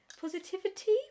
Positivity